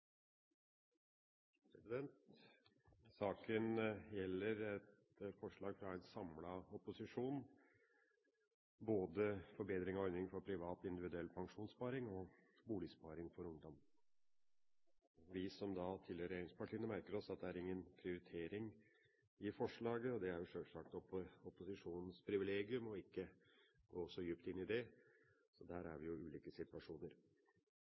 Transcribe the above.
Saken gjelder et forslag fra en samlet opposisjon, både om forbedring av ordningen for privat individuell pensjonssparing og om boligsparing for ungdom. Vi som tilhører regjeringspartiene, merker oss at det er ingen prioritering i forslaget, og det er jo sjølsagt opposisjonens privilegium å ikke gå så djupt inn i det, så der er vi jo i ulike situasjoner.